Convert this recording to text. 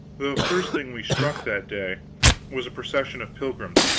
the first thing we struck that day was a procession of pilgrims.